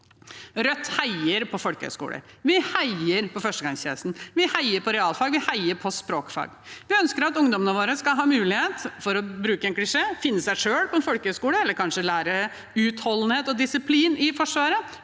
Rødt heier på folkehøyskoler, vi heier på førstegangstjenesten, vi heier på realfag, og vi heier på språkfag. Vi ønsker at ungdommene våre skal ha mulighet til – for å bruke en klisjé – å finne seg selv på en folkehøyskole, eller kanskje lære utholdenhet og disiplin i Forsvaret.